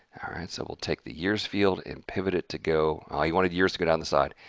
alright, so we'll take the years field and pivot it to go, you wanted years to go down the side.